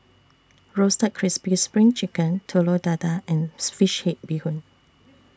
Roasted Crispy SPRING Chicken Telur Dadah and Fish Head Bee Hoon